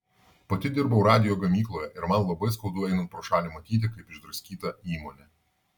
pati dirbau radijo gamykloje ir man labai skaudu einant pro šalį matyti kaip išdraskyta įmonė